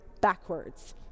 backwards